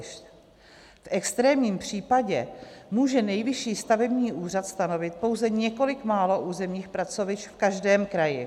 V extrémním případě může Nejvyšší stavební úřad stanovit pouze několik málo územních pracovišť v každém kraji.